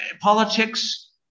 politics